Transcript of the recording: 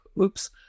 oops